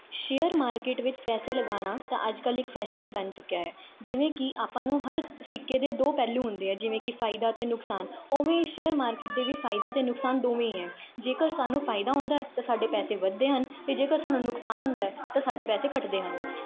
share market ਵਿੱਚ ਪੈਸੇ ਲਗਾਉਣਾ ਤਾਂ ਅੱਜ ਕੱਲ੍ਹ ਇੱਕ ਫੈਸ਼ਨ ਹੀ ਬਣ ਚੁੱਕਿਆ ਹੈ ਜਿਵੇਂ ਕਿ ਆਪਾਂ ਨੂੰ ਹਰ ਸਿੱਕੇ ਦੇ ਦੋ ਪਹਿਲੂ ਹੁੰਦੇ ਆ ਜਿਵੇਂ ਕਿ ਫਾਇਦਾ ਅਤੇ ਨੁਕਸਾਨ ਉਵੇਂ ਸ਼ੇਅਰ ਮਾਰਕੀਟ ਦੇ ਵੀ ਫਾਇਦਾ ਅਤੇ ਨੁਕਸਾਨ ਦੋਵੇਂ ਹੀ ਹੈ ਜੇਕਰ ਸਾਨੂੰ ਫਾਇਦਾ ਹੁੰਦਾ ਤਾਂ ਸਾਡੇ ਪੈਸੇ ਵੱਧਦੇ ਹਨ ਅਤੇ ਜੇਕਰ ਸਾਨੂੰ ਨੁਕਸਾਨ ਹੁੰਦਾ ਤਾਂ ਸਾਡੇ ਪੈਸੇ ਘੱਟਦੇ ਹਨ